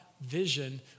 vision